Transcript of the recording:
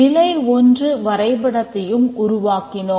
நிலை ஒன்று வரைபடத்தையும் உருவாக்கினோம்